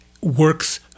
works